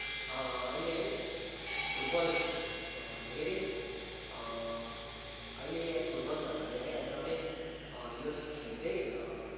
अहिले है फुटबल धेरै अहिले है फुटबल भन्नाले है एकदमै यो खेल चाहिँ